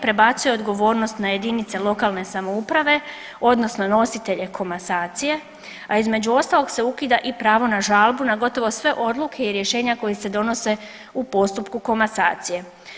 Prebacuje odgovornost na jedinice lokalne samouprave, odnosno nositelje komasacije, a između ostalog se ukida i pravo na žalbu na gotovo sve odluke i rješenja koji se donose u postupku komasacije.